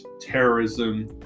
terrorism